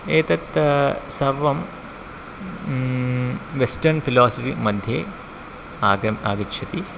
एतत् सर्वं western philosophy मध्ये आगतम् आगच्छति